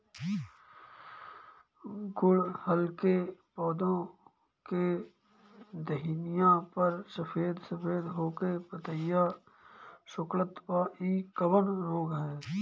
गुड़हल के पधौ के टहनियाँ पर सफेद सफेद हो के पतईया सुकुड़त बा इ कवन रोग ह?